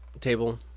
table